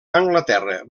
anglaterra